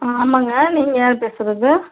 ஆமாங்க நீங்கள் யார் பேசுவது